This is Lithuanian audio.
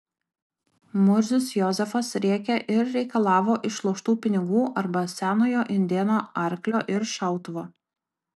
murzius jozefas rėkė ir reikalavo išloštų pinigų arba senojo indėno arklio ir šautuvo